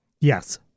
Yes